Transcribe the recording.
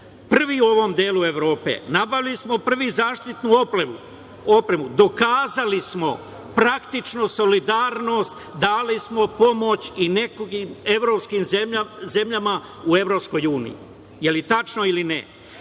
prvi u ovom delu Evrope, nabavili smo prvi zaštitnu opremu, dokazali smo praktično solidarnost, dali smo pomoć i nekim evropskim zemljama u Evropskoj uniji. Je li tačno ili ne?